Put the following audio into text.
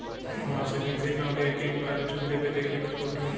আমার savings account এ ATM card এর সুবিধা পেতে গেলে কি করতে হবে?